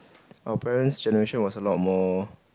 our parents' generation was a lot more